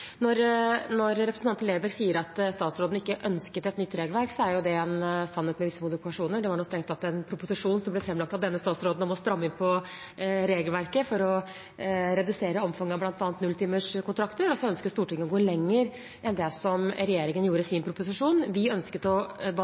Når representanten Lerbrekk sier at statsråden ikke ønsket et nytt regelverk, er det en sannhet med visse modifikasjoner. Det var strengt tatt en proposisjon som ble framlagt av denne statsråden om å stramme inn regelverket for å redusere omfanget av bl.a. nulltimerskontrakter, og så ønsket Stortinget å gå lenger enn regjeringen gjorde i sin proposisjon. Vi ønsket å